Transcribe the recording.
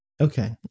Okay